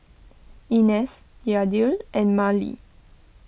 Inez Yadiel and Marely